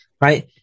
right